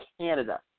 Canada